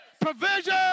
provision